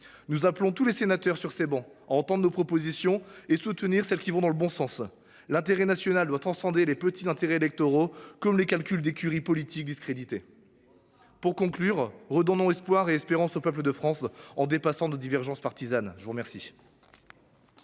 Nous appelons tous les sénateurs à entendre nos propositions et à soutenir celles qui vont dans le bon sens. L’intérêt national doit transcender les petits intérêts électoraux comme les calculs d’écuries politiques discréditées. Et les vôtres ? Redonnons espoir et espérance au peuple de France en dépassant nos divergences partisanes, mes chers